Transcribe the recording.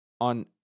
on